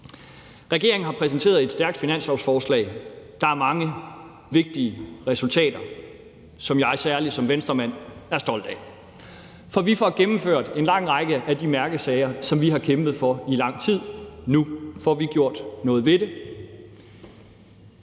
Regeringen har præsenteret et stærkt finanslovsforslag. Der er mange vigtige resultater, som jeg særlig som Venstremand er stolt af. For vi får gennemført en lang række af de mærkesager, som vi har kæmpet for i lang tid. Nu får vi gjort noget ved det.